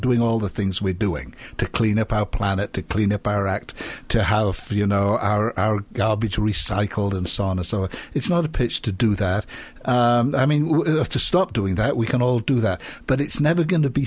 doing all the things we're doing to clean up our planet to clean up our act to have you know our garbage recycled and sauna so it's not a pitch to do that i mean we have to stop doing that we can all do that but it's never going to be